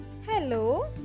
Hello